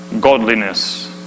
godliness